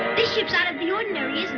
this ship's out of the ordinary,